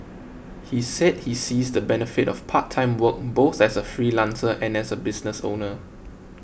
he said he sees the benefit of part time work both as a freelancer and as a business owner